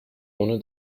ohne